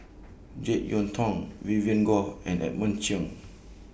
Jek Yeun Thong Vivien Goh and Edmund Cheng